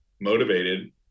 motivated